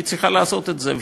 היא צריכה לעשות את זה.